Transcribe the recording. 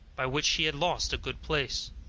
by which he had lost a good place.